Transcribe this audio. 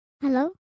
Hello